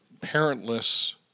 parentless